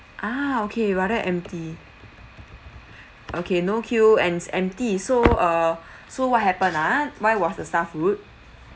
ah okay rather empty okay no queue and it's empty so err so what happened ah why was the staff rude